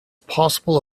possible